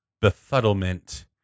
befuddlement